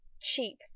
Cheap